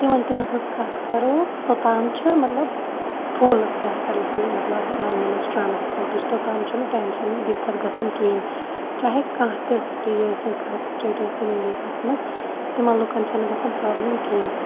تِمَن تِمَن ہِنٛز کَتھ کَرَو توٚتام چھِ مَطلَب فُل فیسَلٹی مَطلَب ییٚمہِ حظ ٹرانِسپوٹٕچ توٚتام چھُنہٕ ٹینشَن دِکتھ گَژھان کِہیٖنۍ چاہیے کانٛہہ تہِ سِٹی ٲسِن کانٛہہ تہٕ سٹیٹ ٲسِن اِنڈیاہَس مَنٛز تِمَن لُکَن چھَنہٕ گَژھان پرابلَم کِہیٖنۍ تہٕ